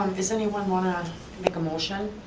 um does anyone wanna make a motion?